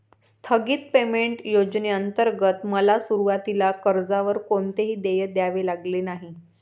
स्थगित पेमेंट योजनेंतर्गत मला सुरुवातीला कर्जावर कोणतेही देय द्यावे लागले नाही